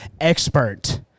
expert